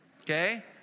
Okay